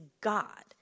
God